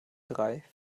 drei